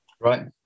Right